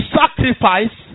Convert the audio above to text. sacrifice